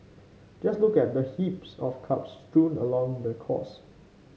just look at the heaps of cups strewn along the course